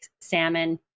salmon